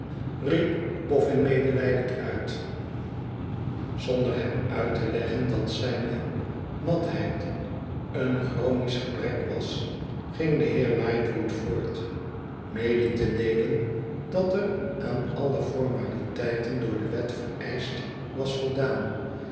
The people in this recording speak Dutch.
riep boffin medelijdend uit zonder hemjuit te leggen dat zijne matheid een chronisch gebrek was ging de heer lightwood voort mede te deelen dat er aan alle formaliteiten door de wet vereischt was voldaan